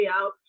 out